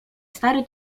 stary